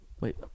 Wait